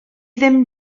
ddim